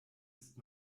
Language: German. ist